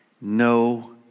No